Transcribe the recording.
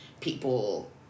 people